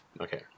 Okay